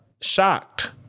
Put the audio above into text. shocked